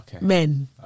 men